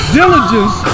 diligence